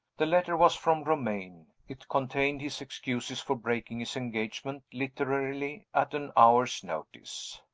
the letter was from romayne it contained his excuses for breaking his engagement, literally at an hour's notice.